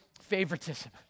favoritism